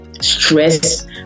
stress